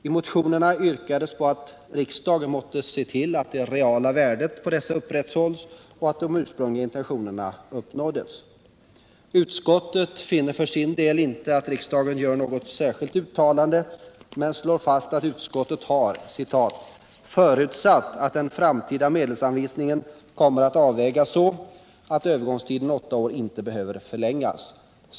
I motionerna yrkas att riksdagen måtte se till att det reala värdet på dessa bidrag upprätthålls och att de ursprungliga intentionerna uppnås. Utskottet finner för sin del inte att riksdagen bör göra något särskilt uttalande men slår fast att utskottet har ”förutsatt att den framtida medelsanvisningen kommer att avvägas så att övergångstiden åtta år inte behöver förlängas”.